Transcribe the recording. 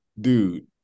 dude